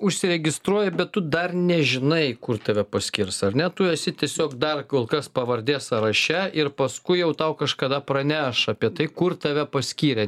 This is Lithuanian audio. užsiregistruoji bet tu dar nežinai kur tave paskirs ar ne tu esi tiesiog dar kol kas pavardė sąraše ir paskui jau tau kažkada praneš apie tai kur tave paskyrė